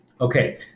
Okay